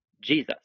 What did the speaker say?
Jesus